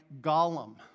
Gollum